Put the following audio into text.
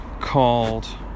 called